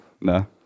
no